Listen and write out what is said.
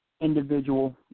individual